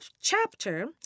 chapter